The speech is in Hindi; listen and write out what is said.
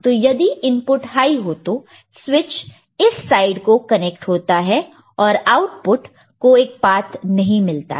तो यदि इनपुट हाई हो तो स्विच इस साइड को कनेक्ट होता है और आउटपुट को एक पात नहीं मिलता है